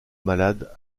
malade